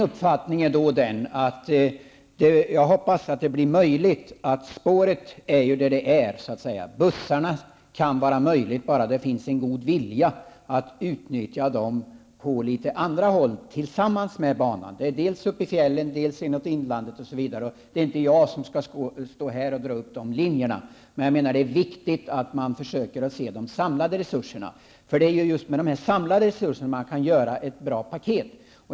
Spåret är ju där det är, men bussarna kan vara möjliga att utnyttja på andra håll tillsammans med banan om det finns en god vilja. Det kan gälla dels uppe i fjällen, dels inåt inlandet. Det är inte jag som skall stå här och dra upp riktlinjerna för detta, men det är viktigt att man ser de samlade resurserna. Det är ju just med de samlade resurserna som man kan åstadkomma ett bra paket.